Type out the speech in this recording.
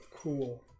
cool